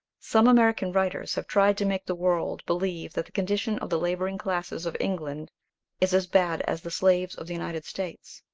some american writers have tried to make the world believe that the condition of the labouring classes of england is as bad as the slaves of the united states.